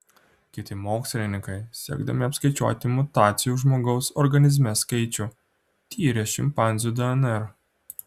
kiti mokslininkai siekdami apskaičiuoti mutacijų žmogaus organizme skaičių tyrė šimpanzių dnr